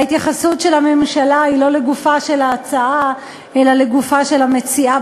ההתייחסות של הממשלה היא לא לגופה של ההצעה אלא לגופה של המציעה,